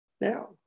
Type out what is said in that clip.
Now